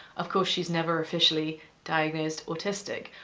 of course, she's never officially diagnosed autistic.